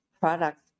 product